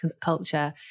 culture